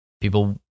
People